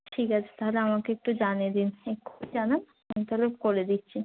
ঠিক আছে তাহলে আমাকে একটু জানিয়ে দিন এক্ষুণি জানান আমি তাহলে করে দিচ্ছি